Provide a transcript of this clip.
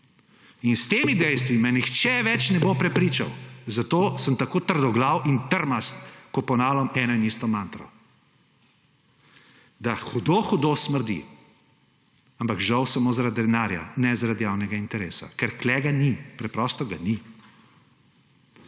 S temi dejstvi me nihče več ne bo prepričal, zato sem tako trdoglav in trmast, ko ponavljam eno in isto mantro, da hudo hudo smrdi. Ampak žal samo zaradi denarja, ne zaradi javnega interesa. Ker tukaj ga ni, preprosto ga ni.